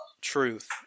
truth